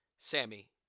Sammy